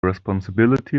responsibility